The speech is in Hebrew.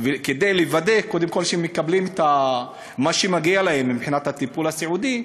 כדי לוודא קודם כול שהם מקבלים את מה שמגיע להם מבחינת הטיפול הסיעודי,